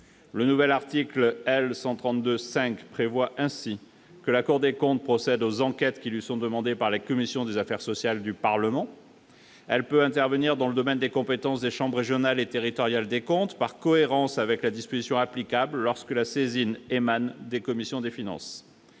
Le nouvel article L. 132-5 prévoit ainsi que « lorsque la Cour des comptes procède aux enquêtes qui lui sont demandées par les commissions des affaires sociales du Parlement, elle peut intervenir dans le domaine de compétence des chambres régionales et territoriales des comptes, par cohérence avec la disposition applicable lorsque la saisine émane des commissions des finances